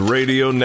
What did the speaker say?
Radio